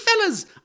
fellas